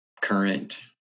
current